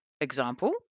example